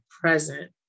present